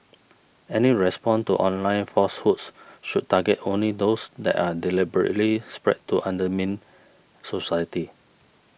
any response to online falsehoods should target only those that are deliberately spread to undermine society